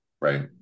Right